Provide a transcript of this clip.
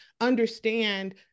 understand